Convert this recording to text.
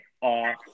off